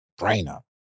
brainer